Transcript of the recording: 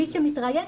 מי שמתראיין,